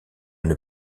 une